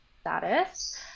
status